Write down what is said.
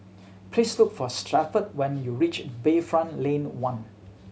please look for Stafford when you reach Bayfront Lane One